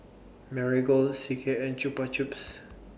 Marigold C K and Chupa Chups